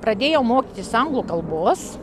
pradėjau mokytis anglų kalbos